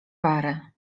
wary